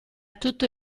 tutto